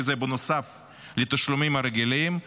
כי זה בנוסף לתשלומים הרגילים,